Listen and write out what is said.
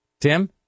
Tim